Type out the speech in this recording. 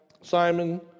Simon